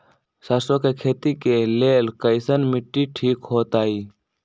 सरसों के खेती के लेल कईसन मिट्टी ठीक हो ताई?